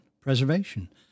preservation